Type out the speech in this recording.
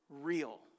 real